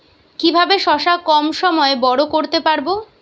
কিভাবে শশা কম সময়ে বড় করতে পারব?